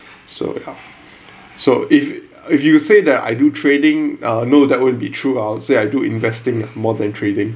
so ya so if if you say that I do trading uh no that wouldn't be true I'd say I do investing ah more than trading